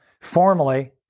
formally